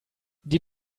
die